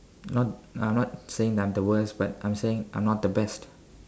not I'm not saying that I'm the worst but I'm saying I'm not the best